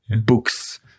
books